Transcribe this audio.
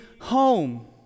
home